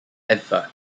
ever